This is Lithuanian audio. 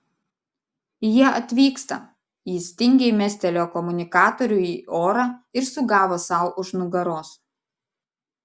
jie atvyksta jis tingiai mestelėjo komunikatorių į orą ir sugavo sau už nugaros